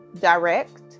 direct